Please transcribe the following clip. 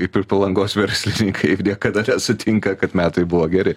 kaip ir palangos verslininkai niekada nesutinka kad metai buvo geri